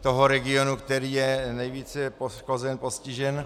toho regionu, který je nejvíce postižen.